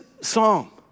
psalm